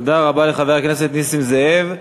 תודה רבה לחבר הכנסת נסים זאב.